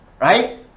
right